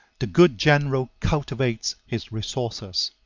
the good general cultivates his resources.